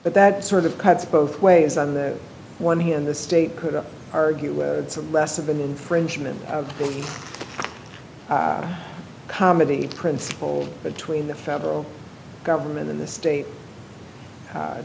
but that sort of cuts both ways on the one hand the state could argue it's less of an infringement comedy principle between the federal government and the state